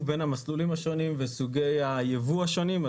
בין המסלולים השונים וסוגי היבוא השונים.